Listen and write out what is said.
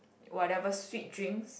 whatever sweet drinks